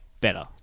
better